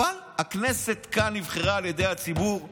אבל הכנסת נבחרה על ידי הציבור לחוקק,